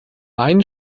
ein